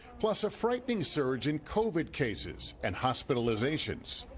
plus a frightening surge in covid cases and hospitalizations.